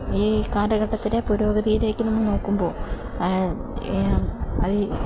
ഈ കാലഘട്ടത്തില് പുരോഗതിയിലേക്ക് നോക്കുമ്പോള് അത്